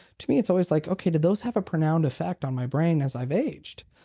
to me it's always like okay did those have a profound effect on my brain as i've aged?